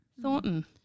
Thornton